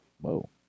Whoa